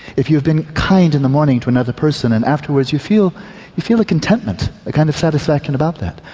if you've been kind in the morning to another person and afterwards you feel you feel a contentment, a kind of satisfaction about that.